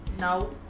No